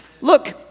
Look